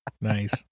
Nice